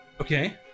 Okay